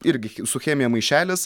irgi su chemija maišelis